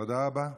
תודה רבה.